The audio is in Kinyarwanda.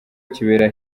kibera